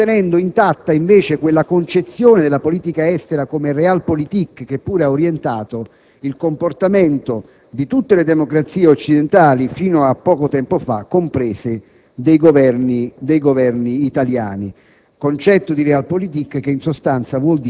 e che possa proseguire mantenendo invece intatta quella concezione della politica estera come *Realpolitik,* che pure ha orientato il comportamento di tutte le democrazie occidentali fino a poco tempo fa, comprese quelle dei Governi italiani,